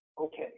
Okay